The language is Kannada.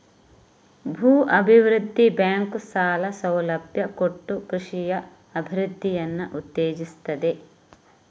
ಭೂ ಅಭಿವೃದ್ಧಿ ಬ್ಯಾಂಕು ಸಾಲ ಸೌಲಭ್ಯ ಕೊಟ್ಟು ಕೃಷಿಯ ಅಭಿವೃದ್ಧಿಯನ್ನ ಉತ್ತೇಜಿಸ್ತದೆ